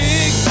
Big